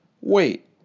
Wait